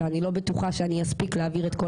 ואני לא בטוחה שאני אספיק להעביר את כל